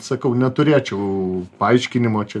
sakau neturėčiau paaiškinimo čia